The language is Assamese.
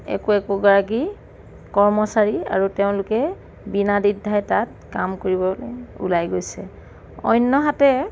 একো একো গৰাকী কৰ্মচাৰী আৰু তেওঁলোকে বিনা দিদ্ধাই তাত কাম কৰিবলৈ ওলাই গৈছে অন্যহাতে